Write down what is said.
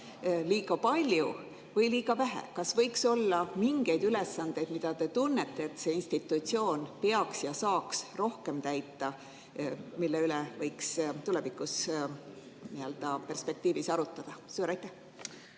liiga palju või liiga vähe? Kas võiks olla mingeid ülesandeid, mida te tunnete, et see institutsioon peaks veel täitma ja saaks rohkem täita ning mille üle võiks tuleviku perspektiivis arutada? Austatud